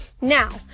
Now